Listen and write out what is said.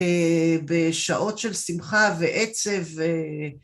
בשעות של שמחה ועצב.